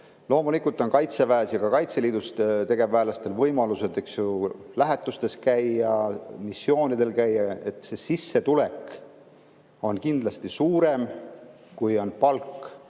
Loomulikult on Kaitseväes ja Kaitseliidus tegevväelastel võimalused käia lähetustes, missioonidel, nii et sissetulek on kindlasti suurem, kui on palk.